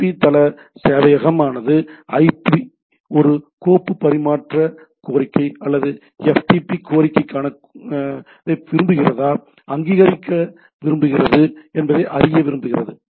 Ftp தள சேவையகம் ஆனது ஐபி ஒரு கோப்பு பரிமாற்ற கோரிக்கை அல்லது ftp கோரிக்கைக்கான கோரிக்கையைப் பெறுகிறதா அங்கீகரிக்க விரும்புகிறது என்பதை அறிய விரும்புகிறது